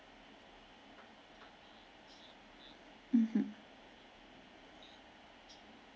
mmhmm